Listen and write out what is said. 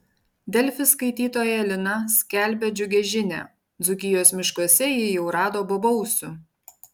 delfi skaitytoja lina skelbia džiugią žinią dzūkijos miškuose ji jau rado bobausių